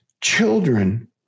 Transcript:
Children